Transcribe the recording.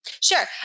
Sure